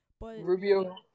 Rubio